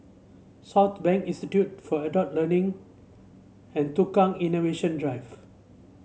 Southbank Institute for Adult Learning and Tukang Innovation Drive